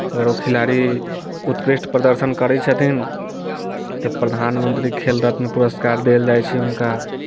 अगर ओ खेलाड़ी उत्कृष्ट प्रदर्शन करैत छथिन तऽ प्रधानमन्त्री खेल रत्न पुरस्कार देल जाइत छै हुनका